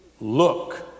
Look